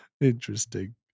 Interesting